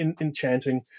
enchanting